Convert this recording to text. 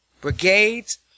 brigades